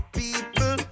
people